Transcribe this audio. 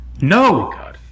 No